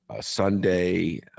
Sunday